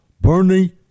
Bernie